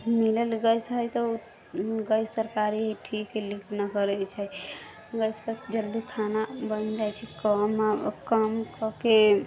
मिलल गैस हइ तऽ ओ गैस सरकारी ठीक हइ लीक नहि करै छै गैसपर जल्दी खाना बनि जाइ छै कम काम कऽ कऽ